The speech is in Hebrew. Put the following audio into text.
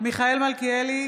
מיכאל מלכיאלי,